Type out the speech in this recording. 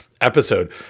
episode